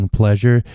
pleasure